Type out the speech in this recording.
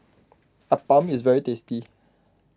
Appam is very tasty